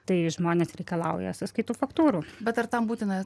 tai žmonės reikalauja sąskaitų faktūrų bet ar tam būtina